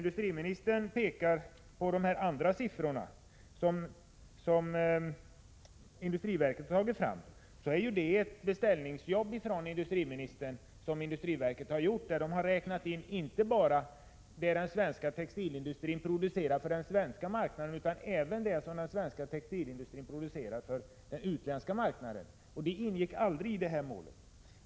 De siffror som industriministern pekar på är ett beställningsjobb som industriverket har gjort åt industriministern, där man har räknat in inte bara vad den svenska textilindustrin producerar för den svenska marknaden utan även det som den producerar för utländska marknader, och det ingick aldrig i målet.